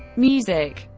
music